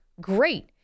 great